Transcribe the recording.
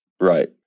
Right